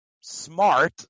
smart